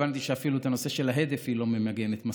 הבנתי שאפילו את הנושא של ההדף היא לא ממגנת מספיק.